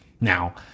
Now